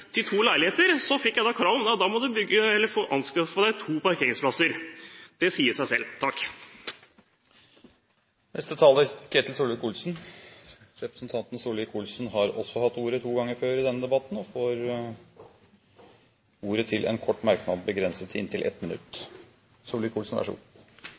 to leiligheter, fikk jeg krav om at jeg da måtte anskaffe to parkeringsplasser. Dette sier sitt! Representanten Ketil Solvik-Olsen har hatt ordet to ganger tidligere i debatten og får ordet til en kort merknad, begrenset til 1 minutt. Jeg synes Lise Christoffersens innlegg var godt på ett